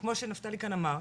כמו שנפתלי כאן אמר,